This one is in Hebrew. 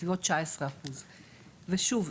בסביבות 19%. ושוב,